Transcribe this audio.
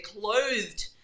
clothed